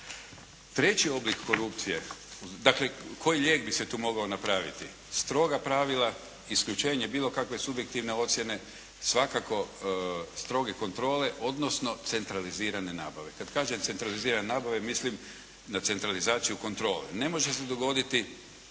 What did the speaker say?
Treći oblik korupcije, dakle koji lijek bi se tu mogao napraviti? Stroga pravila. Isključenje bilo kakve subjektivne ocjene, svakako stroge kontrole odnosno centralizirane nabave. Kad kažem centralizirane nabave, mislim na centralizaciju kontrole. Ne može se dogoditi